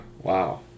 Wow